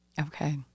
Okay